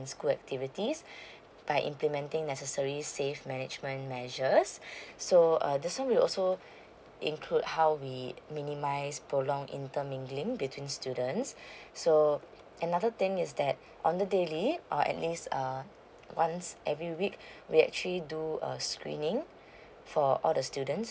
school activities by implementing necessary safe management measures so uh this one will also include how we minimise prolong inter mingling between students so another thing is that on the daily uh at least uh once every week we actually do a screening for all the students